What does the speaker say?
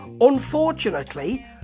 Unfortunately